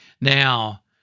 Now